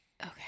okay